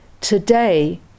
Today